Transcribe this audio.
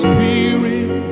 Spirit